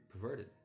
Perverted